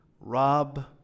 rob